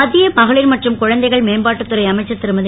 மத்திய மகளிர் மற்றும் குழந்தைகள் மேம்பாட்டுத் துறை அமைச்சர் திருமதி